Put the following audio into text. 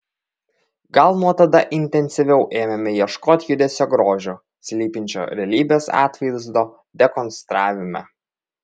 gal nuo tada intensyviau ėmėme ieškoti judesio grožio slypinčio realybės atvaizdo dekonstravime